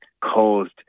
caused